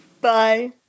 bye